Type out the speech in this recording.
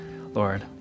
Lord